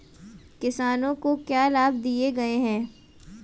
किसानों को क्या लाभ दिए गए हैं?